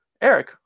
Eric